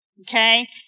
Okay